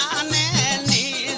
a man